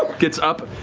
gets up.